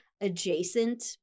adjacent